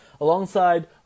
alongside